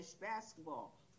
basketball